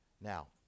Now